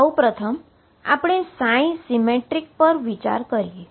તો હવે સૌ પ્રથમ આપણે સીમેટ્રીક પર વિચાર કરીએ